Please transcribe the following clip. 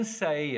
say